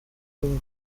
голову